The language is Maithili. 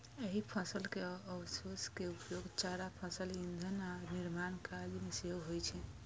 एहि फसल के अवशेष के उपयोग चारा, घास, ईंधन आ निर्माण कार्य मे सेहो होइ छै